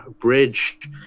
Bridge